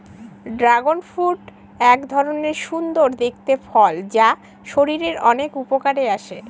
dragon fruit এক ধরনের সুন্দর দেখতে ফল যা শরীরের অনেক উপকারে আসে